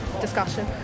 discussion